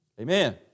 Amen